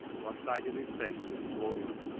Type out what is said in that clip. one side of his face was swollen.